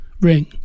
Ring